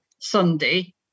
Sunday